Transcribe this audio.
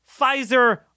Pfizer